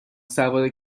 سوار